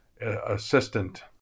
assistant